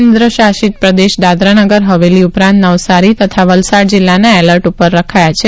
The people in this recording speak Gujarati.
કેન્દ્ર શાસિત પ્રદેશ દાદરાનગર હવેલી ઉપરાંત નવસારી તથા વલસાડ જિલ્લાને એલર્ટ ઉપર રખાયા છે